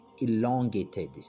elongated